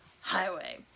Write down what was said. highway